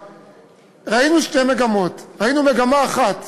ראינו שתי מגמות: ראינו מגמה אחת